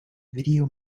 video